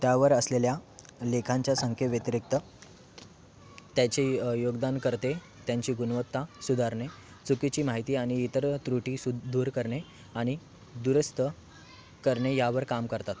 त्यावर असलेल्या लेखांच्या संख्येव्यतिरिक्त त्याचे योगदान करते त्यांची गुणवत्ता सुधारणे चुकीची माहिती आणि इतर त्रुटी सु दूर करणे आणि दुरुस्त करणे यावर काम करतात